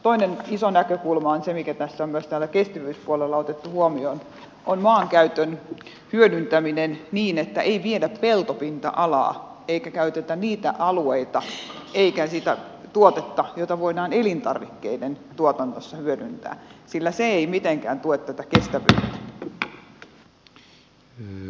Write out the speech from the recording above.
toinen iso näkökulma mikä on myös täällä kestävyyspuolella otettu huomioon on maankäytön hyödyntäminen niin että ei viedä peltopinta alaa eikä käytetä niitä alueita eikä sitä tuotetta jota voidaan elintarvikkeiden tuotannossa hyödyntää sillä se ei mitenkään tue tätä kestävyyttä